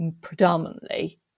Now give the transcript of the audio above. predominantly